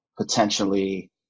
potentially